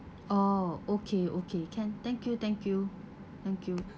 oh okay okay can thank you thank you thank you